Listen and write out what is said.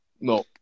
no